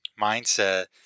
Mindset